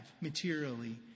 materially